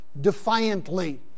defiantly